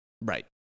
Right